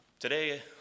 Today